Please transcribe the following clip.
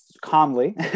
calmly